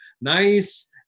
nice